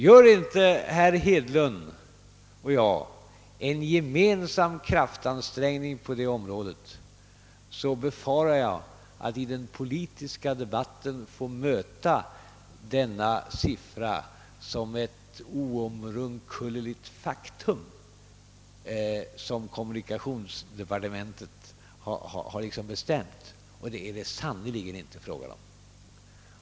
Gör inte herr Hedlund och jag en gemensam kraftansträngning på det området, befarar jag, att vi i den politiska debatten får möta denna siffra som ett oumkullrunkeligt faktum som kommunikationsdepartementet har liksom bestämt, och det är det sannerligen inte fråga om.